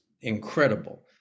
incredible